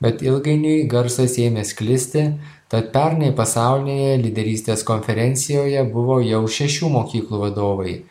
bet ilgainiui garsas ėmė sklisti tad pernai pasaulinėje lyderystės konferencijoje buvo jau šešių mokyklų vadovai